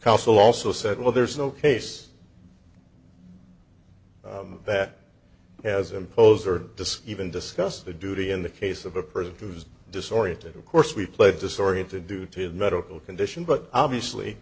council also said well there's no case that has imposed or disk even discuss the duty in the case of a person who's disoriented of course we played disoriented due to medical condition but obviously